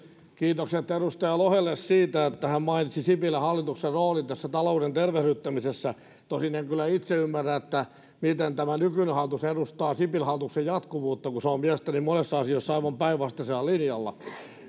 kiitokset edustaja lohelle siitä että hän mainitsi sipilän hallituksen roolin tässä talouden tervehdyttämisessä tosin en kyllä itse ymmärrä miten tämä nykyinen hallitus edustaa sipilän hallituksen jatkuvuutta kun se on mielestäni monessa asiassa aivan päinvastaisella linjalla